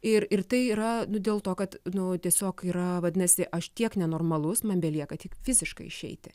ir ir tai yra nu dėl to kad nu tiesiog yra vadinasi aš tiek nenormalus man belieka tik fiziškai išeiti